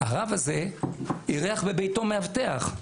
הרב הזה אירח בביתו מאבטח,